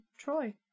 Troy